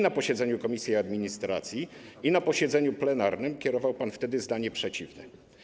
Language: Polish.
Na posiedzeniu komisji administracji i na posiedzeniu plenarnym kierował pan wtedy zdanie przeciwne.